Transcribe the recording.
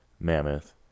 Mammoth